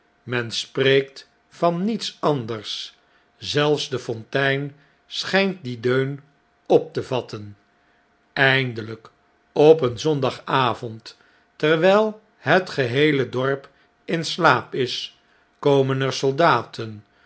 men spreekt van niets anders zelfs de fontein schijnt dien deun op te vatten eindeljjk op een zondagavond terwijl het geheele dorp in slaap is komen er soldaten